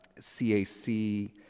CAC